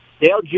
Dale